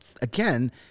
again